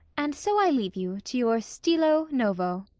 and so i leave you to your stilo novo.